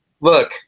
look